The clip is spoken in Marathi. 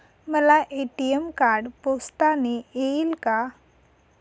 मला ए.टी.एम कार्ड पोस्टाने येईल का?